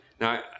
Now